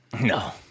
No